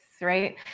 right